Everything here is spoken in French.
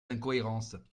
incohérences